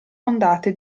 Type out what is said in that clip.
ondate